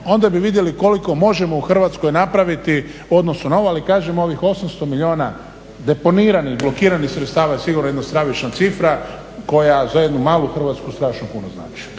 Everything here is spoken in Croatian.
onda bi vidjeli koliko možemo u Hrvatskoj napraviti u odnosu na ovo. Ali kažem ovih 800 milijuna deponiranih i blokiranih sredstava je sigurno jedna stravična cifra koja za jednu malu Hrvatsku strašno puno znači.